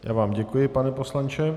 Já vám děkuji, pane poslanče.